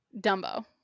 Dumbo